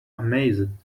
amazed